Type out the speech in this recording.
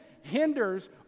hinders